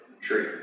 tree